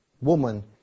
woman